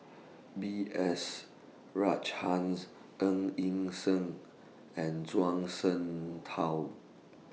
B S Rajhans Ng Yi Sheng and Zhuang Shengtao